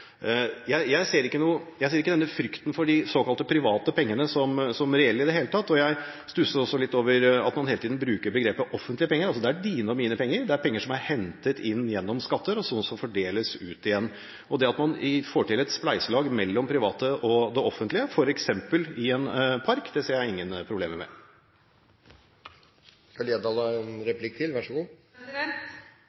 Jeg ser ikke denne frykten for de såkalte private pengene som reell i det hele tatt, og jeg stusser over at man hele tiden bruker begrepet «offentlige penger». Det er dine og mine penger, det er penger som er hentet inn gjennom skatter, som så fordeles ut igjen. At man får til et spleiselag mellom det private og det offentlige, f.eks. i en park, ser jeg ingen problemer med. Kulturlivet i Norge er etter Arbeiderpartiets mening fortsatt avhengig av en